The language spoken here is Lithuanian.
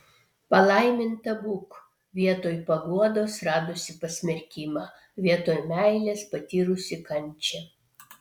palaiminta būk vietoj paguodos radusi pasmerkimą vietoj meilės patyrusi kančią